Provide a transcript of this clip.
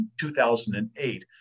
2008